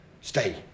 stay